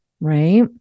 right